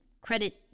credit